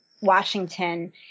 Washington